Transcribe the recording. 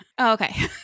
Okay